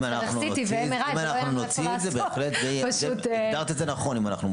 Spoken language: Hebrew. שאני לא אצטרך CT ו-MRI ולא יהיה איפה לעשות.